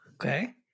Okay